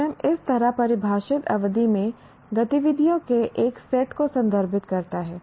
programme इस तरह परिभाषित अवधि में गतिविधियों के एक सेट को संदर्भित करता है